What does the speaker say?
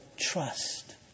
trust